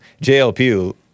JLP